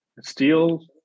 steel